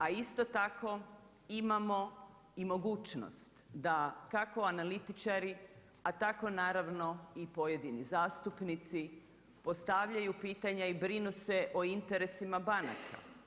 A isto tako imamo i mogućnost da kako analitičari, a tako naravno i pojedini zastupnici postavljaju pitanja i brinu se o interesima banaka.